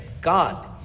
God